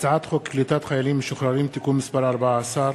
התשע"א 2010,